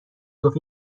گفت